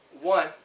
One